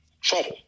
Trouble